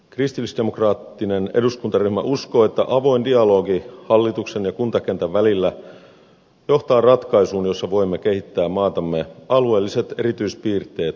kristillisdemokraattinen eduskuntaryhmä uskoo että avoin dialogi hallituksen ja kuntakentän välillä johtaa ratkaisuun jossa voimme kehittää maatamme alueelliset erityispiirteet huomioiden